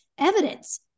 Evidence